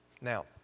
Now